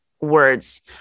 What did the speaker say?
words